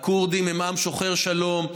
הכורדים הם עם שוחר שלום.